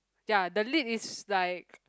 ya the lead is like